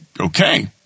okay